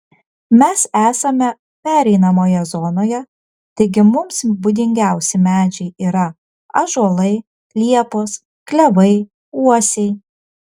mes esame pereinamoje zonoje taigi mums būdingiausi medžiai yra ąžuolai liepos klevai uosiai